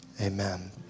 amen